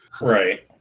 right